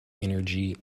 energy